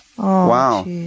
Wow